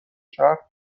شهر